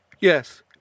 Yes